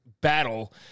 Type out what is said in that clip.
battle